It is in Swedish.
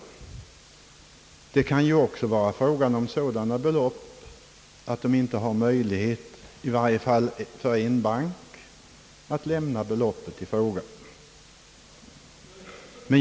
Det kan också gälla så stora belopp, att bankerna, eller i varje fall en enda bank, inte kan lämna beloppet i fråga.